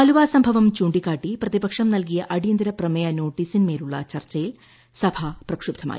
ആലുവ സംഭവം ചൂണ്ടിക്കാട്ടി പ്രതിപക്ഷം നൽകിയ അടിയന്തര പ്രമേയ നോട്ടീസിന് മേലുള്ള ചർച്ചയിൽ സഭ പ്രക്ഷുബ്ദ്ധമായി